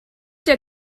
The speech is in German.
der